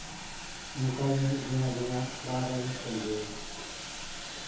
ᱚᱱᱠᱟᱜᱮ ᱢᱤᱫ ᱫᱤᱱ ᱟᱹᱞᱤᱧᱟᱜ ᱚᱲᱟᱜ ᱨᱮ ᱢᱤᱫᱴᱟᱱ ᱜᱟᱹᱭ